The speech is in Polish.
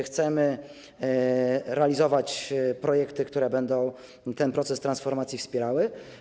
Chcemy realizować projekty, które będą ten proces transformacji wspierały.